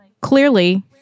clearly